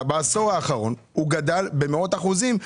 בעשור האחרון הוא גדל במאות אחוזים.